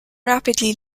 rapidly